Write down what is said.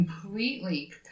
completely